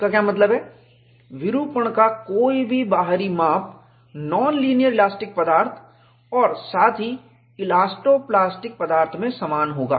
इसका क्या मतलब है विरूपण का कोई भी बाहरी माप नॉन लीनियर इलास्टिक पदार्थ और साथ ही इलास्टो प्लास्टिक पदार्थ में समान होगा